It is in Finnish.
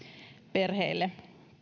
perheille